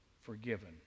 forgiven